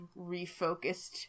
refocused